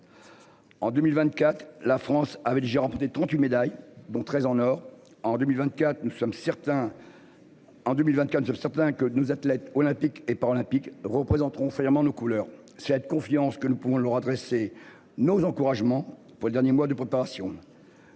En 2024, la France avec Jérôme des 38 médailles dont 13 en or en 2024. Nous sommes certains. En 2024, certains que nos athlètes olympiques et paralympiques représenteront fièrement nos couleurs cette confiance que nous pouvons leur adresser nos encouragements pour le dernier mois de préparation.